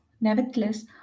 Nevertheless